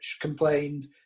complained